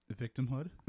victimhood